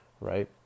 Right